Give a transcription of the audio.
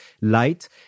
light